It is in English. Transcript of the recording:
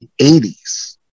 80s